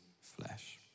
flesh